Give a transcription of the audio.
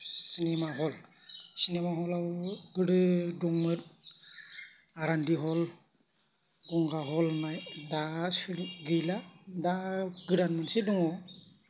cinema hall cinema hall आव गोदो दंमोन आरएनडि हल गंगा हल होननाय दा गैला दा गोदान मोनसे दङ